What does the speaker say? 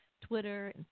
Twitter